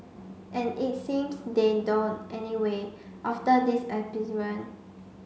and it seems they don't anyway after this